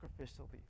sacrificially